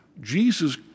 Jesus